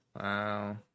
Wow